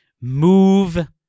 move